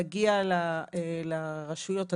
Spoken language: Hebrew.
להגיע לרשויות עצמן,